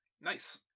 Nice